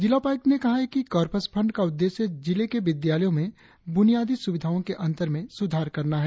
जिला उपायुक्त ने कहा कि कार्पस फंड का उद्देश्य जिले के विद्यालयों में बुनियादी सुविधाओं के अंतर में सुधार करना है